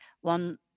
one